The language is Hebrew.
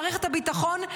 מערכת הביטחון,